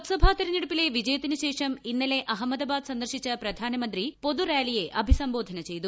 ലോക്സഭാ ലോക തെരഞ്ഞെടുപ്പിലെ വിജയത്തിന് ശേഷം ഇന്നലെ അഹമ്മദാബാദ് സന്ദർശിച്ച പ്രധാനമന്ത്രി പൊതുറാലിയെ അഭിസംബോധന ചെയ്തു